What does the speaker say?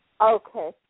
Okay